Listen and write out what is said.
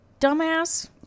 dumbass